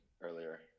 earlier